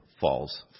falls